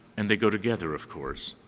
and they go together, of course.